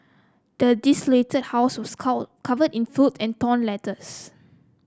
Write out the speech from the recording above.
the desolated house was call covered in filth and torn letters